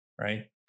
right